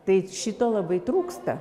tai šito labai trūksta